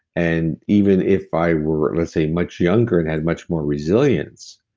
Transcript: and even if i were, let's say much younger and had much more resilience,